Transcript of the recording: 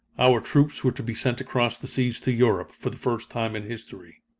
our troops were to be sent across the seas to europe for the first time in history.